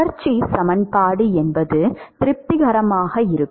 தொடர்ச்சி சமன்பாடு எப்போதும் திருப்திகரமாக இருக்கும்